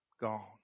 gone